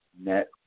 Net